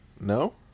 No